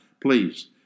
please